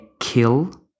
kill